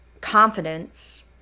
confidence